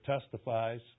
testifies